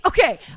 Okay